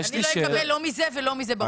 אני לא אקבל לא מזה ולא מזה.